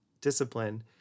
discipline